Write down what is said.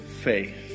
faith